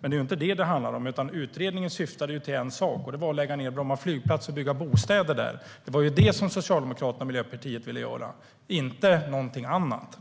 Men det här handlar inte om det. Utredningen syftar till en sak, nämligen att lägga ned Bromma flygplats och bygga bostäder. Det är det Socialdemokraterna och Miljöpartiet vill göra, inte någonting annat.